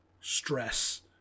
stress